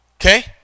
Okay